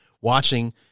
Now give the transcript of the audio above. watching